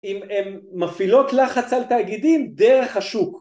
אם הן מפעילות לחץ על תאגידים דרך השוק